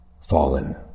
fallen